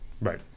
Right